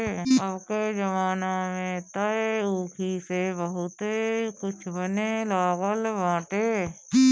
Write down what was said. अबके जमाना में तअ ऊखी से बहुते कुछ बने लागल बाटे